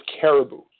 Caribou